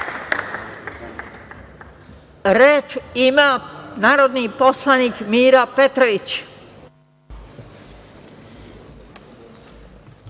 Reč ima narodni poslanik Mira Petrović.